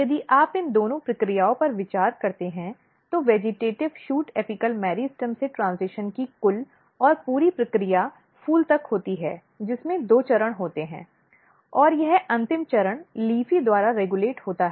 यदि आप इन दोनों प्रक्रियाओं पर विचार करते हैं तो वेजिटेटिव़ शूट एपिकल मेरिस्टम से ट्रेन्ज़िशन की कुल और पूरी प्रक्रिया फूल तक होती है जिसमें दो चरण होते हैं और यह अंतिम चरण LEAFY द्वारा रेगुलेट होता है